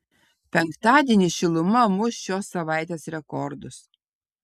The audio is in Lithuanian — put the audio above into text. penktadienį šiluma muš šios savaitės rekordus